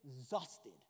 exhausted